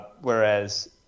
whereas